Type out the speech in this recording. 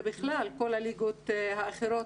ובכלל כל הליגות האחרות,